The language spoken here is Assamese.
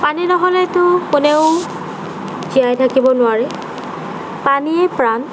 পানী নহ'লেতো কোনেও জীয়াই থাকিব নোৱাৰে পানীয়েই প্ৰাণ